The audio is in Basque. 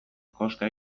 koska